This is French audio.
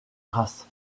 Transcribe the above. race